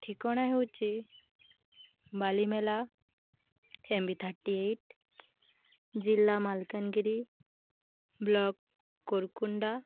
ଠିକଣା ହେଉଛି Balimela MV thirty eight ଜିଲ୍ଲା ମାଲକାନଗିରି ବ୍ଲକ୍ କୋରକୁଣ୍ଡା